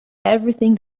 everything